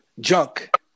junk